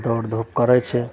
दौड़ धूप करै छै